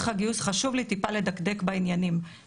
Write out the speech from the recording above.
חשוב לי טיפה לדקדק בעניין של הליך הגיוס.